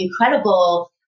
incredible